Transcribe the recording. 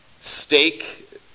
steak